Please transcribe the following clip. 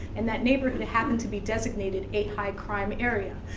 and that neighborhood and happened to be designated a high crime area.